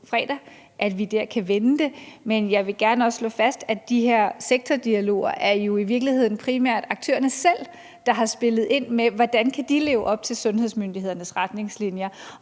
vi har på fredag. Men jeg vil også gerne slå fast, at de her sektordialoger jo i virkeligheden primært er aktørerne selv, der har spillet ind med, hvordan de kan leve op til sundhedsmyndighedernes retningslinjer.